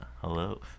Hello